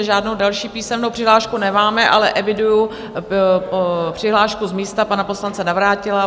Žádnou další písemnou přihlášku nemáme, ale eviduji přihlášku z místa pana poslance Navrátila.